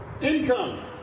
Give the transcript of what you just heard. income